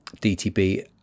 DTB